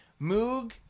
Moog